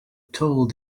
told